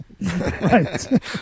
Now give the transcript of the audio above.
Right